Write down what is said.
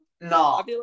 No